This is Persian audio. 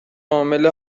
عامل